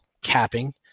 capping